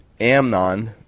Amnon